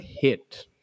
hit